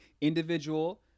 individual